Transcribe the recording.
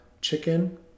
chicken